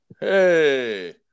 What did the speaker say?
Hey